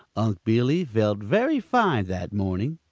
unc' billy felt very fine that morning.